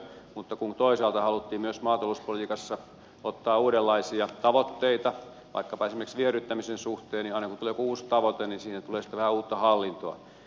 mutta kun toisaalta haluttiin myös maatalouspolitiikassa ottaa uudenlaisia tavoitteita vaikkapa esimerkiksi viherryttämisen suhteen niin aina kun tulee joku uusi tavoite siinä tulee sitten vähän uutta hallintoa